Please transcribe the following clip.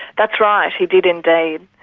that's right, he did indeed.